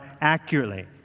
accurately